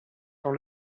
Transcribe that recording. dans